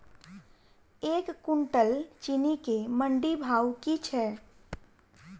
एक कुनटल चीनी केँ मंडी भाउ की छै?